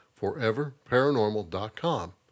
foreverparanormal.com